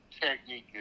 technique